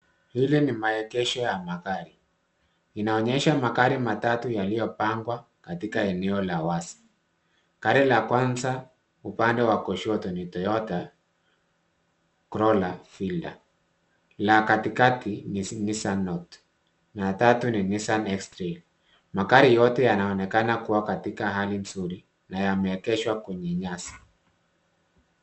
Lile ni maegesho ya magari. Inaonyesha magari matatu yaliopangwa katika eneo la wazi. Gari la kwanza upande wa kushoto ni Toyota Corolla Filda. La katikati ni Nissan Note na ya tatu ni Nissan Xtrail. Magari yote yanaonekana kuwa katika hali nzuri na yameegeshwa kwenye nyasi.